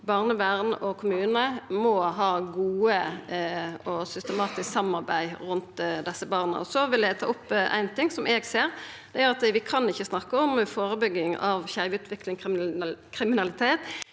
barnevern og kommunar må ha eit godt og systematisk samarbeid rundt desse barna. Så vil eg ta opp ein ting som eg ser, og det er at vi ikkje kan snakka om førebygging av skeivutvikling og kriminalitet